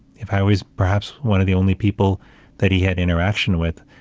if i was perhaps one of the only people that he had interaction with,